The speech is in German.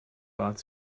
bat